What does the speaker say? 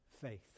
faith